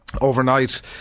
Overnight